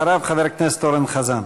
אחריו, חבר הכנסת אורן חזן.